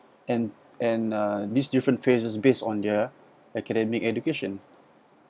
and and uh these different phases based on their academic education